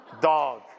Dog